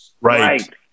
Right